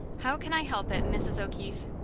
how can i help it, mrs. o'keefe?